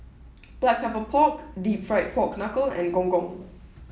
Black Pepper Pork Deep Fried Pork Knuckle and Gong Gong